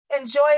Enjoy